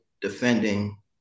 defending